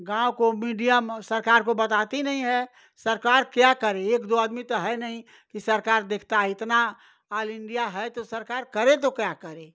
गाँव को मीडिया म सरकार को बताती नहीं है सरकार क्या करे एक दो आदमी तो है नहीं कि सरकार देखता है इतना आल इंडिया है तो सरकार करे तो क्या करे